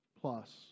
plus